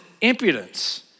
impudence